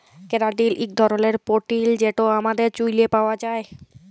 ক্যারাটিল ইক ধরলের পোটিল যেট আমাদের চুইলে পাউয়া যায়